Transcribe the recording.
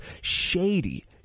shady